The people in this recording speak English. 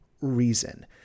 reason